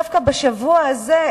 דווקא בשבוע הזה,